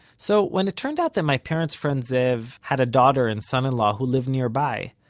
so when it turned out that my parents' friend zev had a daughter and son-in-law who live nearby,